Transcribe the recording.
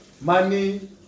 money